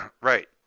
right